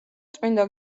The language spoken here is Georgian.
წმინდა